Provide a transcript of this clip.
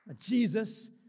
Jesus